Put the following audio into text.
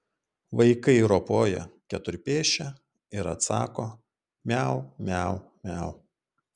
vaikai ropoja keturpėsčia ir atsako miau miau miau